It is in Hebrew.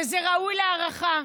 וזה ראוי להערכה.